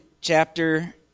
chapter